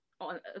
on